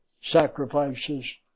sacrifices